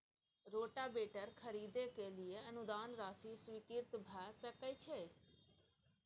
Rotavator खरीदे के लिए अनुदान राशि स्वीकृत भ सकय छैय?